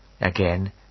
Again